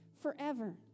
forever